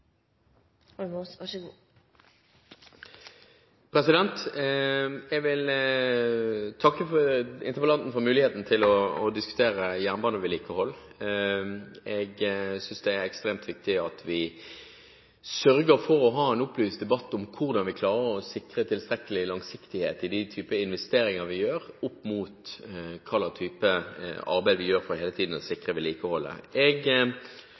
for – så raskt som mogleg – å sikra at Jernbaneverket vert den innkjøparen feltet og leverandørbransjen fortener. Jeg vil takke interpellanten for muligheten til å diskutere jernbanevedlikehold. Jeg synes det er ekstremt viktig at vi sørger for å ha en opplyst debatt om hvordan vi klarer å sikre tilstrekkelig langsiktighet i investeringene vi gjør, opp mot hva slags arbeid vi gjør for hele tiden å